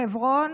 חברון,